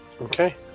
Okay